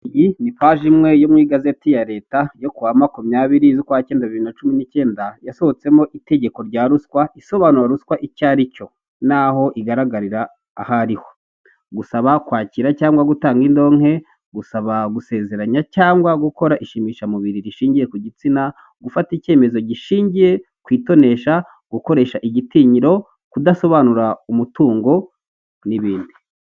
Inzu ikorerwamo ikaragiro ry'amata, igaragaramo icyapa kiriho ubujerekani bw'amata ndetse n'igikoresho cyagenewe gushyirwamo amata, handitse Nyanza, harimo ibyantsi ndetse ku ruhande hagaragara indobo.